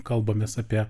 kalbamės apie